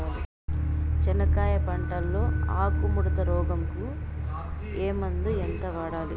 చెనక్కాయ పంట లో ఆకు ముడత రోగం కు ఏ మందు ఎంత వాడాలి?